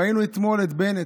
ראינו אתמול את בנט,